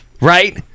right